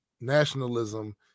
nationalism